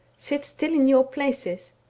sit still in your places,